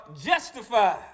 justified